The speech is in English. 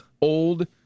old